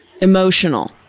emotional